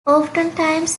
oftentimes